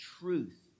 truth